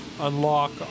Unlock